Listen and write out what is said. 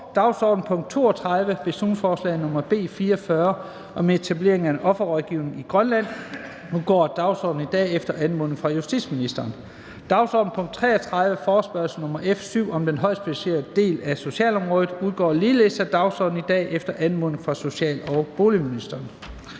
nr. B 44 om etablering af en offerrådgivning i Grønland, udgår af dagsordenen i dag efter anmodning fra justitsministeren. Dagsordenens punkt 33, forespørgsel nr. F 7 om den højt specialiserede del af socialområdet, udgår ligeledes af dagsordenen i dag efter anmodning fra social- og boligministeren.